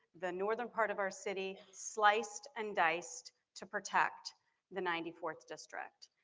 the northern part of our city sliced and diced to protect the ninety fourth district.